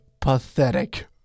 pathetic